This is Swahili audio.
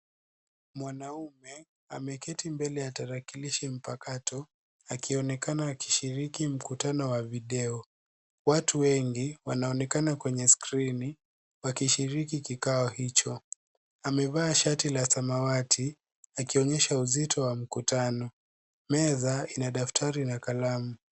Mwanaume ameketi mbele ya tarakilishi mpakato akionekana akishiriki mkutano wa video. Watu wengi wanaonekana kwenye skrini wakishiriki kikao hicho. Amevaa shati la samawati akionyesha uzito wa mkutano. Meza ina daftari na kalamu.